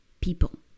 people